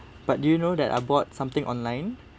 but do you know that I bought something online